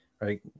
right